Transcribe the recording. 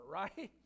right